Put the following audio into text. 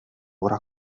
obra